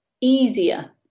easier